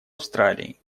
австралии